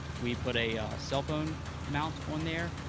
we put a cellphone mount on there,